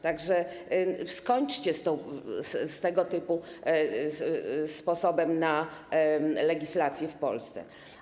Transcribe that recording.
Tak że skończcie z tego typu sposobem na legislację w Polsce.